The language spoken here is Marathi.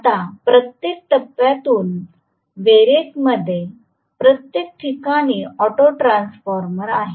आता प्रत्येक टप्प्यातून व्हेरिएकमध्ये प्रत्येक ठिकाणी ऑटो ट्रान्सफॉर्मर आहे